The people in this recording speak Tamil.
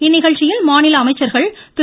இந்நிகழ்ச்சியில் மாநில அமைச்சர்கள் திரு